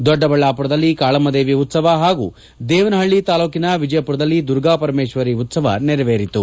ದೊಡ್ಡಬಳ್ಯಾಪುರದಲ್ಲಿ ಕಾಳಮ್ಮ ದೇವಿ ಉತ್ಸವ ಹಾಗೂ ದೇವನಹಳ್ಳಿ ತಾಲೂಕಿನ ವಿಜಯಪುರದಲ್ಲಿ ದುರ್ಗಾಪರಮೇಶ್ವರಿ ಉತ್ಪವ ನೆರವೇರಿತು